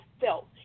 felt